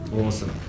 Awesome